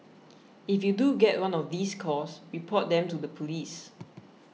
if you do get one of these calls report them to the police